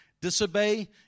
Disobey